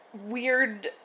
weird